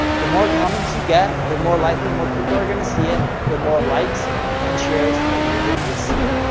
the more comments you get, the more likely more people are going to see it, the more likes and shares that you're going to receive.